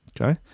okay